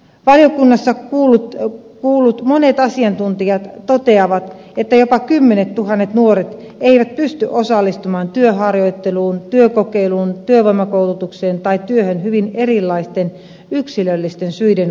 valiokunnassa kuullut monet asiantuntijat toteavat että jopa kymmenettuhannet nuoret eivät pysty osallistumaan työharjoitteluun työkokeiluun työvoimakoulutukseen tai työhön hyvin erilaisten yksilöllisten syiden vuoksi